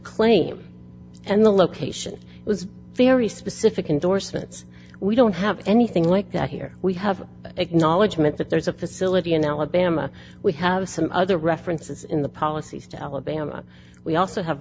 claim and the location was very specific indorsements we don't have anything like that here we have acknowledgement that there is a facility in alabama we have some other references in the policies to alabama we also have